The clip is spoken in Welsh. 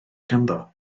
ganddo